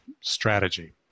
strategy